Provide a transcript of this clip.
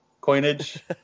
coinage